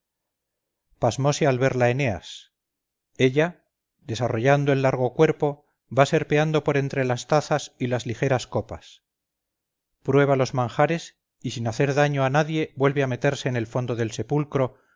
sol pasmose al verla eneas ella desarrollando el largo cuerpo va serpeando por entre las tazas y las ligeras copas prueba los manjares y sin hacer daño a nadie vuelve a meterse en el fondo del sepulcro